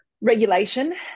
regulation